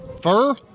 Fur